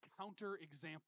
counterexample